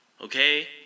okay